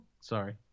Sorry